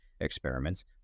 experiments